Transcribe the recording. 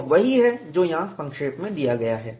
और वही है जो यहाँ संक्षेप में दिया गया है